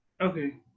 Okay